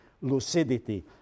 lucidity